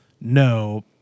No